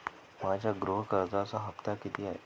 माझ्या गृह कर्जाचा हफ्ता किती आहे?